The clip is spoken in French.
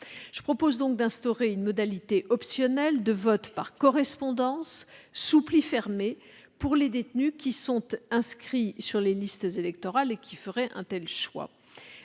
Je propose donc d'instaurer une modalité optionnelle de vote par correspondance, sous pli fermé, pour les détenus inscrits sur les listes électorales qui le souhaiteraient.